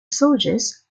soldiers